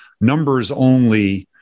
numbers-only